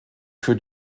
für